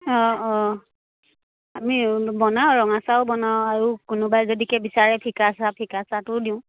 অঁ অঁ আমি বনাওঁ ৰঙা চাহো বনাওঁ আৰু কোনোবাই যদিহে বিচাৰে ফিকা চাহ ফিকা চাহটোও দিওঁ